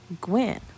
Gwen